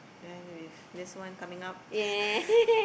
then with this one coming up